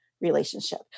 relationship